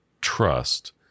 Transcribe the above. trust